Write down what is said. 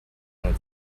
una